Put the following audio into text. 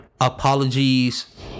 apologies